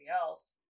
else